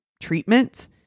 treatment